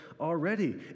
already